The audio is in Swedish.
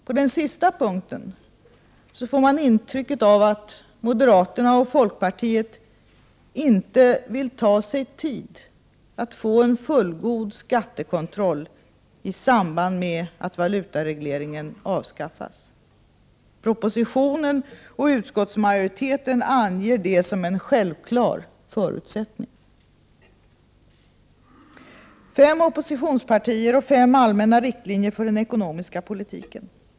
På den sista punkten får man intrycket att moderaterna och folkpartiet inte vill ta sig tid att få en fullgod skattekontroll i samband med att valutaregleringen avskaffas. Propositionen och utskottsmajoriteten anger det som en självklar förutsättning. Fem oppositionspartier och fem allmänna riktlinjer för den ekonomiska politiken.